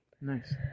Nice